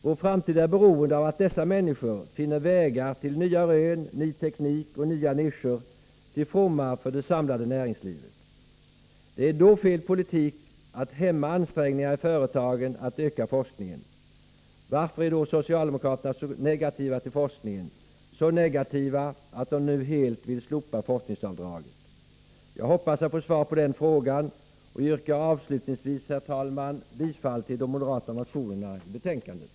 Vår framtid är beroende av att dessa människor finner vägar till nya rön, ny teknik och nya nischer till fromma för det samlade näringslivet. Det är då fel politik att hämma företagens ansträngningar att öka forskningen. Varför är då socialdemokraterna så negativa till forskningen, så negativa att de nu helt vill slopa forskningsavdraget? Jag hoppas att få svar på den frågan och yrkar avslutningsvis bifall till de moderata motionerna i betänkandet.